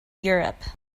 europe